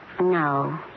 No